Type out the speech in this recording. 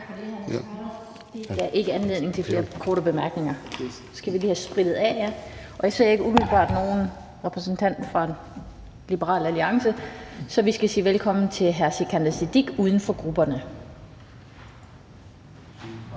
Tak for det. Det gav ikke anledning til flere korte bemærkninger. Så skal vi lige have sprittet af. Jeg ser ikke umiddelbart nogen repræsentant for Liberal Alliance, så vi skal sige velkommen til hr. Sikandar Siddique, uden for grupperne.